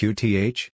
Qth